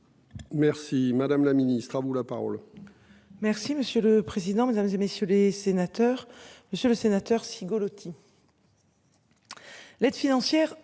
Merci madame la ministre, à vous la parole.